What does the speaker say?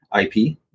IP